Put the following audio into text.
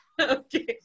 okay